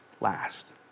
last